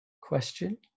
question